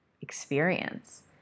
experience